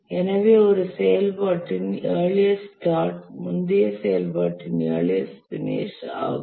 எனவே ஒரு செயல்பாட்டின் இயர்லியஸ்ட் ஸ்டார்ட் முந்தைய செயல்பாட்டின் இயர்லியஸ்ட் பினிஷ் ஆகும்